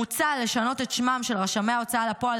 מוצע לשנות את שמם של רשמי ההוצאה לפועל